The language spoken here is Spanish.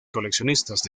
coleccionistas